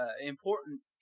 important